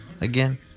again